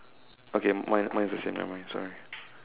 okay mine mine is the same nevermind sorry